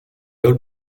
old